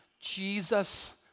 Jesus